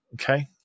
okay